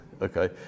Okay